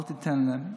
אל תיתן להם.